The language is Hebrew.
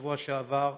מהשבוע שעבר,